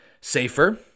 safer